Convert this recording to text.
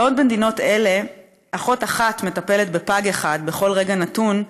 בעוד במדינות האלה אחות אחת מטפלת בפג אחד בכל רגע נתון,